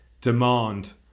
demand